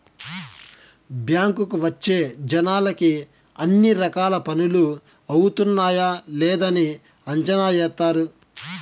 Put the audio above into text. బ్యాంకుకి వచ్చే జనాలకి అన్ని రకాల పనులు అవుతున్నాయా లేదని అంచనా ఏత్తారు